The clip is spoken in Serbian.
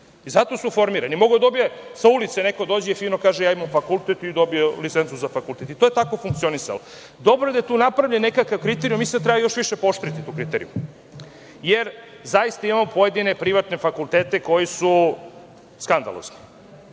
Zato su formirani. Mogao je sa ulice neko da dođe i fino kaže – ja imam fakultet i dobije licencu za fakultet, i to je tako funkcionisalo. Dobro je da je tu napravljen nekakav kriterijum i mislim da treba još više pooštriti kriterijume. Zaista imamo pojedine privatne fakultete koji su skandalozni.